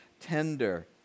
tender